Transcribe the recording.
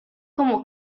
como